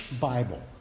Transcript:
Bible